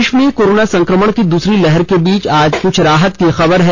देश में कोरोना संक्रमण की दूसरी लहर के बीच आज कुछ राहत की खबर है